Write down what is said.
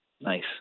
Nice